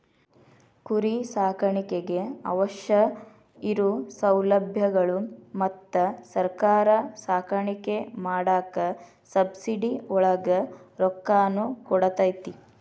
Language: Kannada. ಕುರಿ ಸಾಕಾಣಿಕೆಗೆ ಅವಶ್ಯ ಇರು ಸೌಲಬ್ಯಗಳು ಮತ್ತ ಸರ್ಕಾರಾ ಸಾಕಾಣಿಕೆ ಮಾಡಾಕ ಸಬ್ಸಿಡಿ ಒಳಗ ರೊಕ್ಕಾನು ಕೊಡತತಿ